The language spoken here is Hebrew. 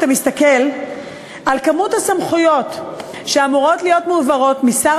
אתה מסתכל על כמות הסמכויות שאמורות להיות מועברות משר